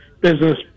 business